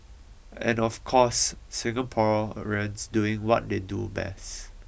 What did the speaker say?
and of course Singaporeans doing what they do best